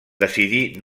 decidí